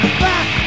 back